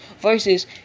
versus